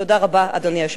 תודה רבה, אדוני היושב-ראש.